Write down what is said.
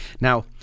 Now